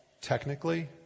technically